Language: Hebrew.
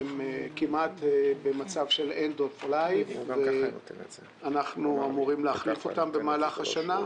הן כמעט במצב של end of life ואנחנו אמורים להחליף אותן במהלך השנה.